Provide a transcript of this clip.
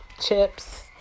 chips